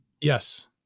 Yes